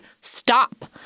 stop